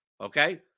okay